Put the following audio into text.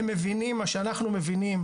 הם מבינים את מה שאנחנו מבינים,